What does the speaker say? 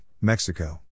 Mexico